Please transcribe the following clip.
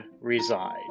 reside